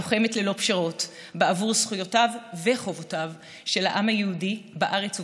לוחמת ללא פשרות בעבור זכויותיו וחובותיו של העם היהודי בארץ ובתפוצות.